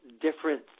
different